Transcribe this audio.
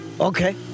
Okay